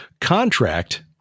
contract